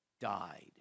died